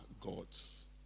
God's